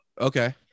Okay